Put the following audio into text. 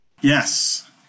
Yes